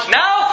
now